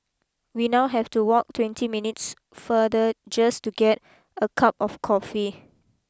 we now have to walk twenty minutes further just to get a cup of coffee